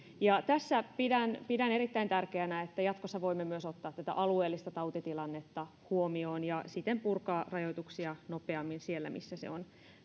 tässä pidän pidän erittäin tärkeänä sitä että jatkossa voimme ottaa myös tätä alueellista tautitilannetta huomioon ja siten purkaa rajoituksia nopeammin siellä missä se on